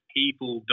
people